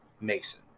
Mason